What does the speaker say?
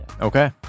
okay